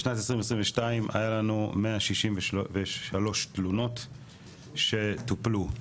בשנת 2022 היו לנו 163 תלונות שטופלו.